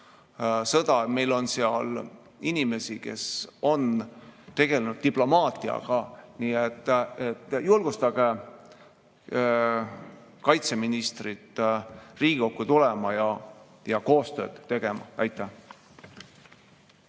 ja meil on seal ka inimesi, kes on tegelenud diplomaatiaga. Nii et julgustage kaitseministrit Riigikokku tulema ja koostööd tegema. Rohkem